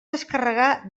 descarregar